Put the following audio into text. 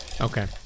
Okay